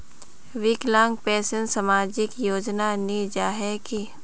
विकलांग पेंशन सामाजिक योजना नी जाहा की?